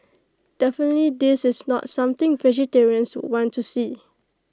definitely this is not something vegetarians would want to see